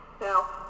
Now